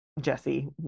Jesse